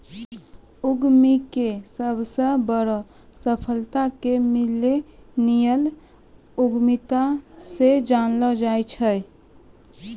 उद्यमीके सबसे बड़ो सफलता के मिल्लेनियल उद्यमिता से जानलो जाय छै